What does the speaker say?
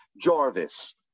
Jarvis